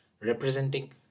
representing